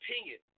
opinion